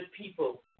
people